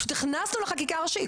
פשוט הכנסנו לחקיקה הראשית,